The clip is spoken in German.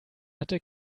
hatte